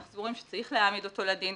אנחנו סבורים שצריך להעמיד אותו לדין,